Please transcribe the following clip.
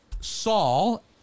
Saul